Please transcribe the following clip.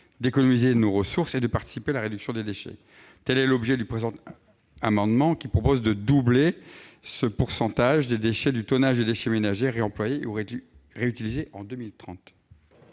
d'économiser nos ressources et de participer à la réduction des déchets. L'objet du présent amendement est donc de doubler le pourcentage des déchets ménagers réemployés ou réutilisés en 2030.